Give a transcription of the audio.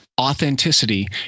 Authenticity